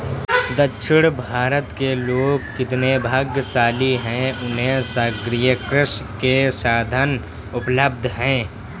दक्षिण भारत के लोग कितने भाग्यशाली हैं, उन्हें सागरीय कृषि के साधन उपलब्ध हैं